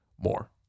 more